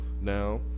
now